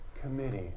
Committee